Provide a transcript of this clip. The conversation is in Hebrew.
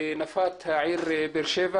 בנפת העיר באר-שבע